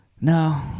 No